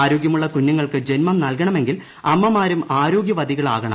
ആരോഗ്യമുള്ള കുഞ്ഞുങ്ങൾക്ക് ജന്മം നൽകണമെങ്കിൽ അമ്മമാരും ആരോഗ്യവതികളാകണം